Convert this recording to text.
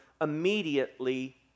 immediately